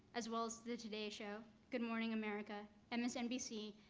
as well as the today show, good morning america, and msnbc,